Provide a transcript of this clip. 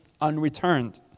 unreturned